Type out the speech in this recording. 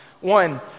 One